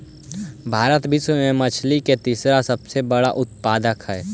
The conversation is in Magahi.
भारत विश्व में मछली के तीसरा सबसे बड़ा उत्पादक हई